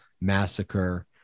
massacre